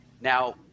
Now